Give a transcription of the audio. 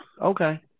Okay